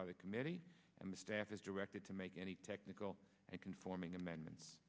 by the committee and the staff as directed to make any technical and conforming amendments